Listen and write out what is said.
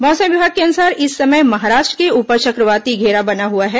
मौसम विभाग के अनुसार इस समय महाराष्ट्र के ऊपर चक्रवाती घेरा बना हुआ है